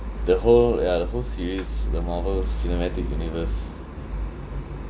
the whole ya the whole series the marvel cinematic universe